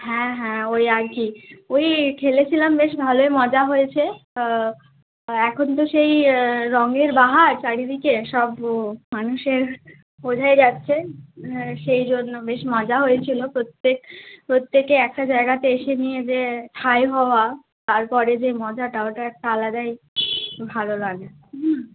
হ্যাঁ হ্যাঁ ওই আর কি ওই খেলেছিলাম বেশ ভালোই মজা হয়েছে এখন তো সেই রঙের বাহার চারিদিকে সব মানুষের বোঝাই যাচ্ছে সেই জন্য বেশ মজাও হয়েছিলো প্রত্যেক প্রত্যেকে একটা জায়গাতে এসে নিয়ে যে স্থায়ী হওয়া তারপরে যে মজাটা ওটা একটা আলাদাই ভালো লাগে হ্যাঁ